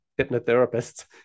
hypnotherapists